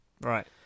Right